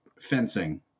fencing